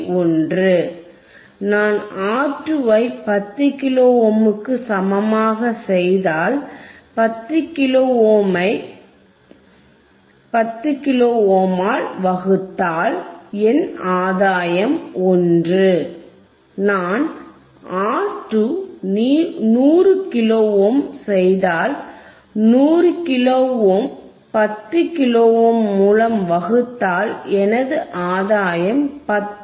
1 நான் ஆர் 2 ஐ 10 கிலோ ஓம்வுக்கு சமமாக செய்தால் 10 கிலோ ஓம் ஐ10 கிலோ ஓம் ஆல் வகுத்தால் என் ஆதாயம் 1 நான் ஆர் 2 100 கிலோ ஓம் செய்தால் 100 கிலோ ஓம் 10 கிலோ ஓம் மூலம் வகுத்தால் எனது ஆதாயம் 10 ஆகிறது